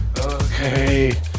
Okay